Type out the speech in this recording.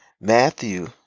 Matthew